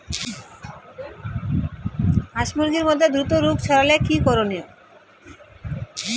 হাস মুরগির মধ্যে দ্রুত রোগ ছড়ালে কি করণীয়?